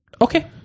Okay